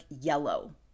yellow